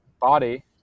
body